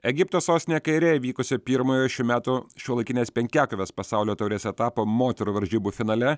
egipto sostinėje kaire vykusio pirmojo šių metų šiuolaikinės penkiakovės pasaulio taurės etapo moterų varžybų finale